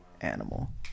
animal